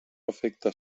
afecta